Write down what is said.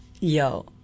Yo